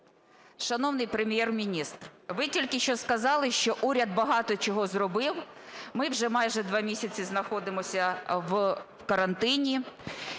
Шановний Прем'єр-міністре, ви тільки що сказали, що уряд багато чого зробив. Ми вже майже 2 місяці знаходимося в карантині.